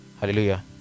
hallelujah